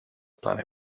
planet